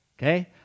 Okay